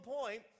point